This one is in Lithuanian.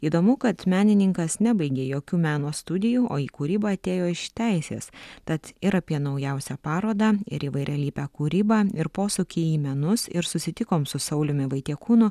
įdomu kad menininkas nebaigė jokių meno studijų o į kūrybą atėjo iš teisės tad ir apie naujausią parodą ir įvairialypę kūrybą ir posūkį į menus ir susitikom su sauliumi vaitiekūnu